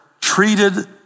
treated